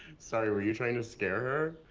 sorry, were you trying to scare